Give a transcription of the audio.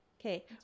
okay